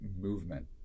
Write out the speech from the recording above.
movement